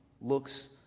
looks